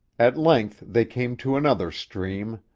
at length they came to another stream,